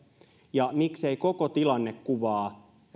ja miksei koko tilannekuvaa